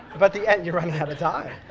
but the en, you're running out of time,